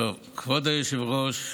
כבוד היושב-ראש,